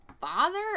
father